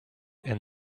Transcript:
and